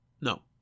No